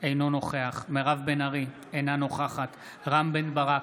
אינו נוכח מירב בן ארי, אינה נוכחת רם בן ברק,